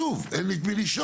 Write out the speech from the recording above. שוב, אין לי את מי לשאול.